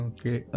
Okay